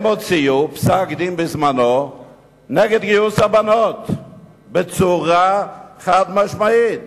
הם הוציאו פסק-דין בזמנו נגד גיוס הבנות בצורה חד-משמעית.